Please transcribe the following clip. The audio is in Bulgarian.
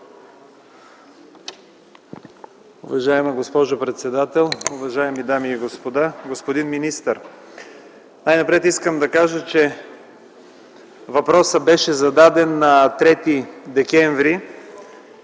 Уважаема госпожо председател, уважаеми дами и господа, господин министър! Най-напред искам да кажа, че въпросът беше зададен на 3 декември